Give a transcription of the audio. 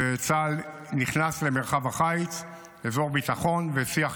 וצה"ל נכנס למרחב החיץ, אזור ביטחון בשיא החרמון,